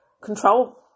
control